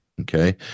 okay